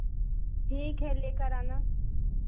ठीक है लेकर आना